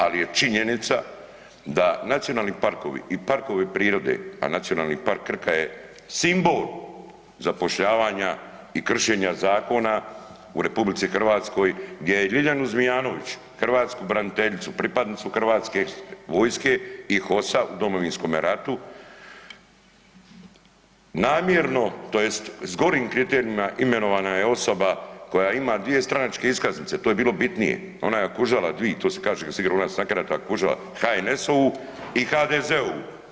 Ali je činjenica da nacionalni parkovi i parkovi prirode, a Nacionalni park Krka je simbol zapošljavanja i kršenja zakona u RH gdje je Ljiljanu Zmijanović hrvatsku braniteljicu pripadnicu Hrvatske vojske i HOS-a u Domovinskom ratu namjerno tj. s gorim kriterijima imenovana je osoba koja ima 2 stranačke iskaznice, to je bilo bitnije, ona je akužala dvije, to se kaže kad se igra kod nas na karata akužala HNS-ovu i HDZ-ovu.